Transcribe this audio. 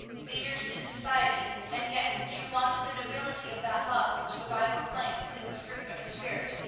leaders in society, and yet you wanted the nobility of that love which the bible claims is the fruit of the spirit,